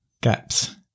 gaps